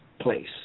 place